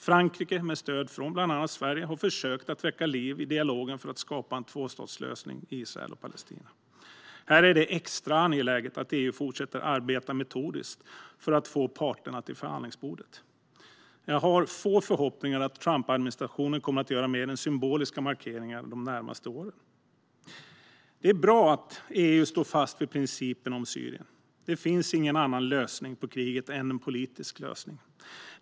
Frankrike, med stöd från bland annat Sverige, har försökt väcka liv i dialogen för att skapa en tvåstatslösning mellan Israel och Palestina. Här är det extra angeläget att EU fortsätter att arbeta metodiskt för att få parterna till förhandlingsbordet. Jag har få förhoppningar om att Trumpadministrationen kommer att göra mer än symboliska markeringar under de närmaste åren. Det är bra att EU står fast vid principen om Syrien. Det finns ingen annan lösning på kriget än en politisk.